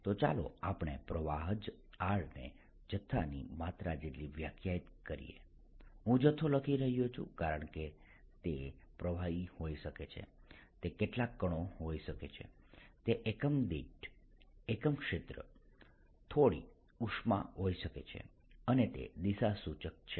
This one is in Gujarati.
તો ચાલો આપણે પ્રવાહ જ r ને જથ્થાની માત્રા જેટલી જ વ્યાખ્યાયિત કરીએ હું જથ્થો લખી રહ્યો છું કારણ કે તે પ્રવાહી હોઈ શકે છે તે કેટલાક કણો હોઈ શકે છે તે એકમ સમય દીઠ એકમ ક્ષેત્રે થોડી ઉષ્મા હોઈ શકે છે અને તે દિશાસૂચક છે